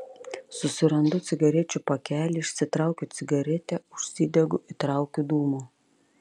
susirandu cigarečių pakelį išsitraukiu cigaretę užsidegu įtraukiu dūmo